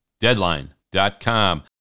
Deadline.com